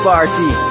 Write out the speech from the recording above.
Party